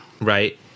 Right